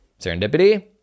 serendipity